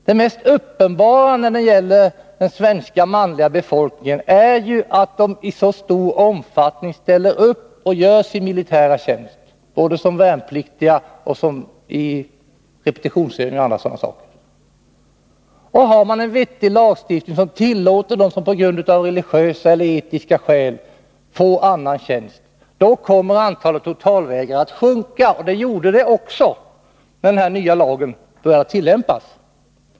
Det mest uppenbara när det gäller den svenska manliga befolkningen är ju att den i så stor omfattning ställer upp och gör sin militärtjänst, både rekryttjänstgöring och repetitionsövningar. Med en vettig lagstiftning, som tillåter att man på grund av religiösa eller etiska skäl får annan tjänst, kommer antalet totalvägrare att sjunka. Det gjorde det också, när den nya lagen började tillämpas.